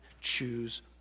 choose